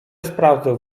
sprawdzę